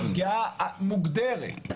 פגיעה מוגדרת,